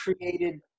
created